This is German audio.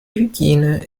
hygiene